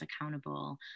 accountable